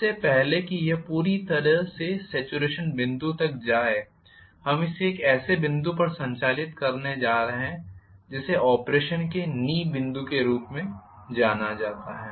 इससे पहले कि यह पूरी तरह से सॅचुरेशन बिंदु तक पहुंच जाए हम इसे एक ऐसे बिंदु पर संचालित करने जा रहे हैं जिसे ऑपरेशन के नी बिंदु के रूप में जाना जाता है